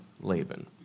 Laban